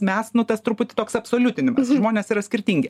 mes nu tas truputį toks absoliutinimas žmonės yra skirtingi